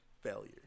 failure